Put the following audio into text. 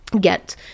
get